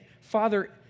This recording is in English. Father